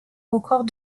record